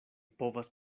povas